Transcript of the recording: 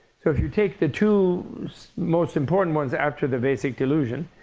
so if you take the two most important ones after the basic delusion,